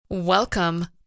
Welcome